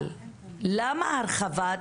אבל למה הרחבת,